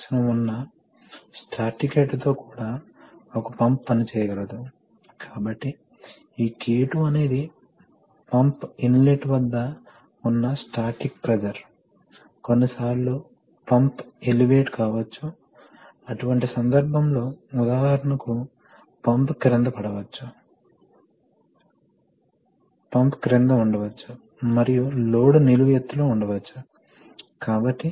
కాబట్టి కొన్ని రకాల అప్లికేషన్స్ ఉన్నాయి ఇక్కడ హైడ్రాలిక్ సిస్టమ్ తో పోల్చితే న్యూమాటిక్ సిస్టమ్స్ బాగా సరిపోతాయి కాబట్టి ఈ రకమైన వ్యవస్థలు మరింత ప్రయోజనకరంగా మారే ఒక నిర్దిష్ట రకమైన అప్లికేషన్ యొక్క ప్రశ్న మాత్రమే మనము కంప్రెషర్ల గురించి అక్యుములేటర్స్ రెగ్యులేటర్స్ మరియు కొన్ని రకాల డైరెక్షన్ కంట్రోల్ వాల్వ్స్ మరియు సిలిండర్ గురించి మాట్లాడాము